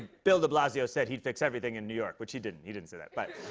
bill de blasio said he'd fix everything in new york, which he didn't. he didn't say that. but.